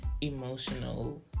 emotional